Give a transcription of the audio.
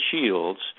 shields